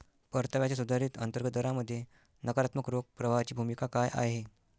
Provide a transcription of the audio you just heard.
परताव्याच्या सुधारित अंतर्गत दरामध्ये नकारात्मक रोख प्रवाहाची भूमिका काय आहे?